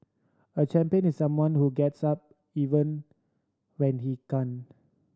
a champion is someone who gets up even when he can't